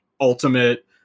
ultimate